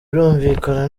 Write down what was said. birumvikana